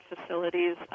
facilities